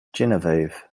genevieve